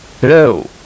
Hello